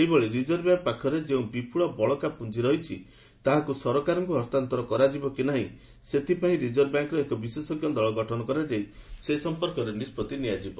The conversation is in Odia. ସେହିଭଳି ରିଜର୍ଭ ବ୍ୟାଙ୍କ୍ ପାଖରେ ଯେଉଁ ବିପୁଳ ବଳକା ପୁଞ୍ଜି ରହିଛି ତାହାକୁ ସରକାରଙ୍କୁ ହସ୍ତାନ୍ତର କରାଯିବ କି ନାହିଁ ସେଥିପାଇଁ ରିଜର୍ଭ ବ୍ୟାଙ୍କ୍ର ଏକ ବିଶେଷଜ୍ଞ ଦଳଗଠନ କରାଯାଇ ସେ ସମ୍ପର୍କରେ ନିଷ୍ପଭି ନିଆଯିବ